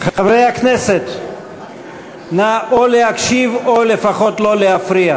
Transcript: חברי הכנסת, או להקשיב או לפחות לא להפריע.